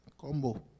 combo